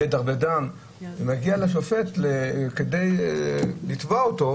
הפצוע מגיע לשופט כדי לתבוע את המכה,